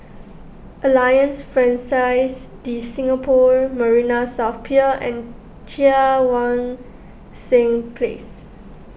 Alliance Francaise De Singapour Marina South Pier and Cheang Wan Seng Place